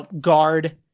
guard